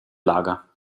lager